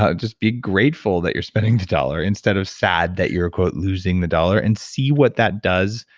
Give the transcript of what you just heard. ah just be grateful that you're spending the dollar instead of sad that you're losing the dollar, and see what that does.